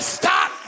stop